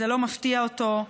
זה לא מפתיע אותו.